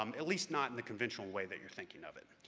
um at least not in the conventional way that you're thinking of it.